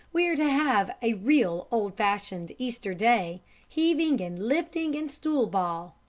we are to have a real old-fashioned easter day heaving and lifting, and stool-ball.